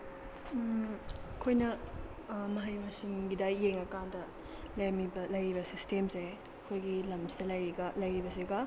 ꯑꯩꯈꯣꯏꯅ ꯃꯍꯩ ꯃꯁꯤꯡꯒꯤꯗ ꯌꯦꯡꯉꯀꯥꯟꯗ ꯂꯩꯔꯤꯕ ꯁꯤꯁꯇꯦꯝꯁꯦ ꯑꯩꯈꯣꯏꯒꯤ ꯂꯝ ꯑꯁꯤꯗ ꯂꯩꯔꯤꯕꯁꯤꯒ